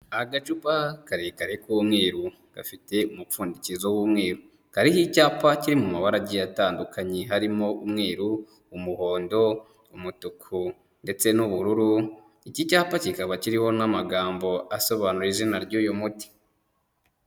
Agacupa karekare k'umweru gafite umupfundikizo w'umweru, kariho icyacyapa kiri mu mabara agiye atandukanye, harimo umweru, umuhondo, umutuku ndetse n'ubururu, iki cyapa kikaba kiriho n'amagambo asobanura izina ry'uyu muti.